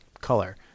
color